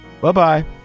Bye-bye